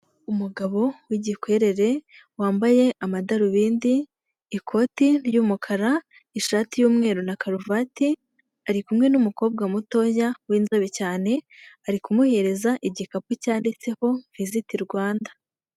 Umugabo w'igikwerere wambaye amadarubindi, ikoti ry'umukara, ishati y'umweru na karuvati, ari kumwe n'umukobwa mutoya w'inzobe cyane ari kumuhereza igikapu cyanditseho visiti Rwanda.